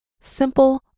simple